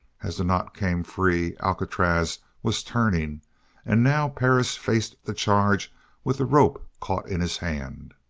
as the knot came free alcatraz was turning and now perris faced the charge with the rope caught in his hand.